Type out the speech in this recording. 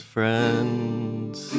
Friends